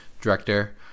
director